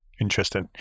interesting